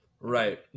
Right